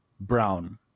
brown